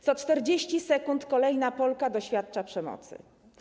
Co 40 sekund kolejna Polka doświadcza przemocy.